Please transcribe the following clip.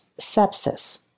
sepsis